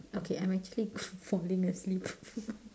okay I'm actually falling asleep